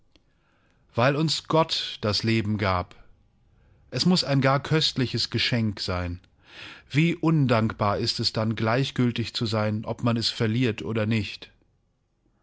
weil uns gott das leben gab es muß ein gar köstliches geschenk sein wie undankbar ist es dann gleichgültig zu sein ob man es verliert oder nicht